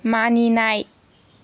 मानिनाय